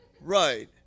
Right